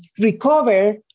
recover